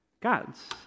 Gods